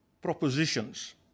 propositions